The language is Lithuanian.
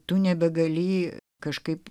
tu nebegali jį kažkaip